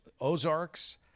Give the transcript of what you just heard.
Ozarks